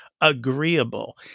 agreeable